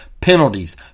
Penalties